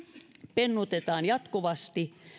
pennutetaan jatkuvasti